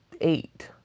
eight